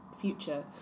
future